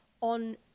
on